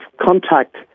contact